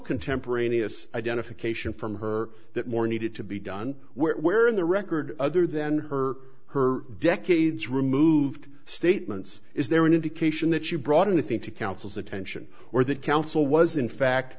contemporaneous identification from her that more needed to be done where in the record other than her her decades removed statements is there an indication that you brought in the thing to counsel's attention or that counsel was in fact